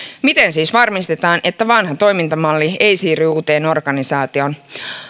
miten siis varmistetaan että vanha toimintamalli ei siirry uuteen organisaatioon